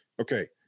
Okay